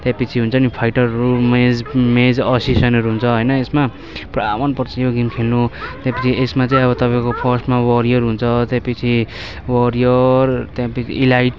त्यहाँपिच्छे हुन्छ नि फाइटरहरू मेज मेज असोसियनहरू हुन्छ होइन यसमा पुरा मन पर्छ यो गेम खेल्नु त्यहाँपिच्छे यसमा चाहिँ अब तपाईँको फर्स्टमा वरियरहरू हुन्छ त्यहाँपिच्छे वरियर त्यहाँपिच्छे इलाइट